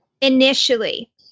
initially